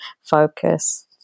focus